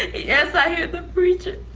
yes, i hear the preacher